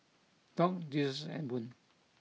Dock Jesus and Boone